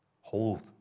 Hold